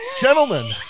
gentlemen